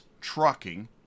Trucking